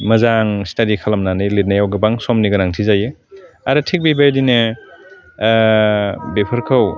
मोजां स्टादि खालामनानै लिरनायाव गोबां समनि गोनांथि जायो आरो थिग बेबायदिनो बेफोरखौ